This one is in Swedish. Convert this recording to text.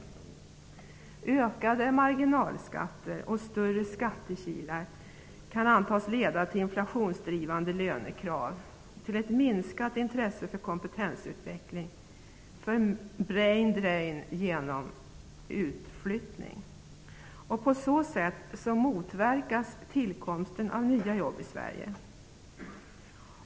Ökade marginalskatter och större skattekilar kan antas leda till inflationsdrivande lönekrav, minskat intresse för kompetensutveckling eller brain-drain genom utflyttning. På så sätt motverkas tillkomsten av nya jobb i Sverige.